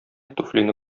туфлине